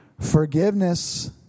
forgiveness